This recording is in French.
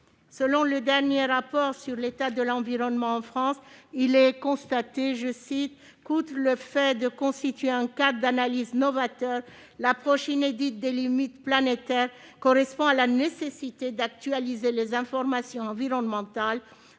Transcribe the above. Le dernier rapport sur l'état de l'environnement en France énonce « qu'outre le fait de constituer un cadre d'analyse novateur, l'approche inédite des limites planétaires correspond à la nécessité d'actualiser les informations environnementales